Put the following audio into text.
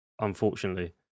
unfortunately